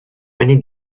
many